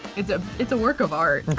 it's ah it's a work of art,